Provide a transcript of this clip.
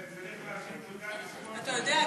אתה יודע, גם.